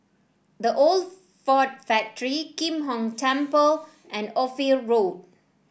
The Old Ford Factory Kim Hong Temple and Ophir Road